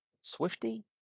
Swifty